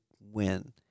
win